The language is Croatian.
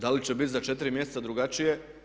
Da li će biti za 4 mjeseca drugačije?